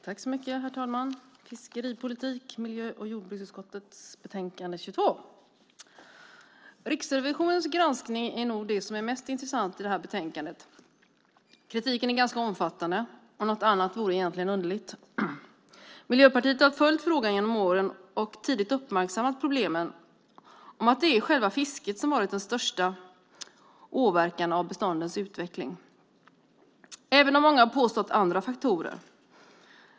Herr talman! Miljö och jordbruksutskottets betänkande 22 handlar om fiskeripolitik. Riksrevisionens granskning är nog det som är mest intressant i betänkandet. Kritiken är ganska omfattande, och något annat vore egentligen underligt. Miljöpartiet har följt frågan genom åren och har tidigt uppmärksammat problemet att det är själva fisket som haft den största åverkan på beståndens utveckling även om många påstått att det berott på andra faktorer.